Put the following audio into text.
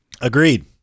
Agreed